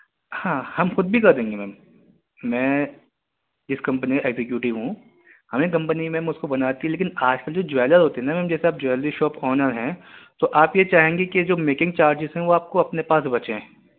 ہاں ہم خود بھی کر دیں گے میم میں جس کمپنی کا ایگزیکیوٹیو ہوں ہمیں کمپنی میم اس کو بناتی ہے لیکن آج کل جو جویلر ہوتے ہیں نا میم جیسے آپ جویلری شاپ آنر ہیں تو آپ یہ چاہیں گی کہ جو میکنگ چارجز ہیں وہ آپ کو اپنے پاس بچیں